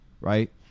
right